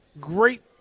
Great